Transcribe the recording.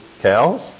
cows